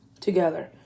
together